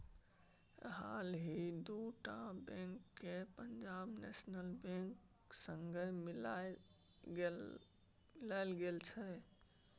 हालहि दु टा बैंक केँ पंजाब नेशनल बैंक संगे मिलाएल गेल छै